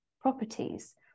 properties